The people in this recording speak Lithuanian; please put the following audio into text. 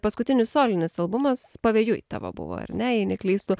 paskutinis solinis albumas pavėjui tavo buvo ar ne jei neklystu